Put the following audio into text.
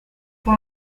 pour